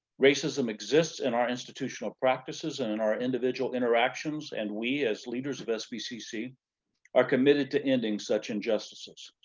racism exists in our institution practices and and our individual interactions and we as leaders of sbcc are committed to ending such injustices